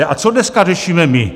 A co dneska řešíme my?